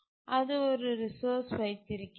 அது ஒரு ரிசோர்ஸ் வைத்திருக்கிறது